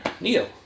Neil